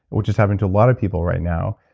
which is happening to a lot of people right now,